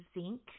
zinc